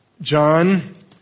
John